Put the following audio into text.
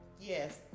Yes